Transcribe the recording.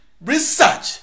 research